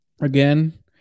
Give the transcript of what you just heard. again